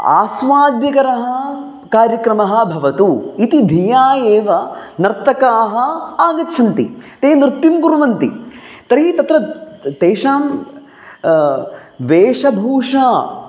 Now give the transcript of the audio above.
आस्वाद्यकरः कार्यक्रमः भवतु इति धिया एव नर्तकाः आगच्छन्ति ते नृत्यं कुर्वन्ति तर्हि तत्र तेषां वेशभूषा